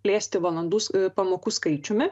plėsti valandų pamokų skaičiumi